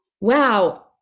wow